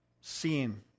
seeing